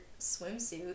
swimsuit